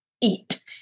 eat